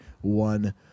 one